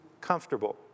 comfortable